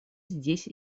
здесь